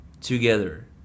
together